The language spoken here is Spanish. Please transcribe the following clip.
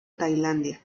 tailandia